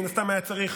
מן הסתם היה צריך